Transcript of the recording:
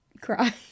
Cry